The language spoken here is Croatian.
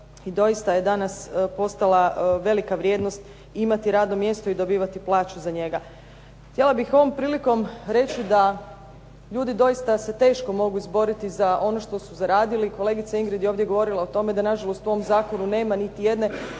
doista je danas postala velika vrijednost imati radno mjesto i dobivati plaću za njega. Htjela bih ovom prilikom reći da ljudi doista se teško mogu izboriti za ono što su zaradili. Kolegica Ingrid je ovdje govorila o tome da nažalost u ovom zakonu nema niti jedne